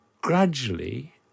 gradually